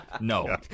No